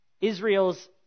Israel's